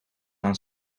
aan